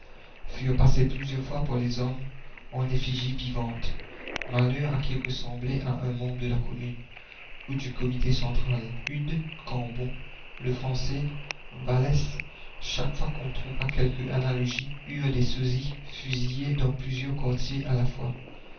furent passés plusieurs fois par les armes en effigie vivante malheur à qui ressemblait à un membre de la commune ou du comité central eudes cambon lefrançais vallès chaque fois qu'on trouva quelque analogie eurent des sosies fusillés dans plusieurs quartiers à la fois